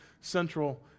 central